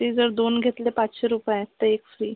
ती जर दोन घेतले पाचशे रुपयात तर एक फ्री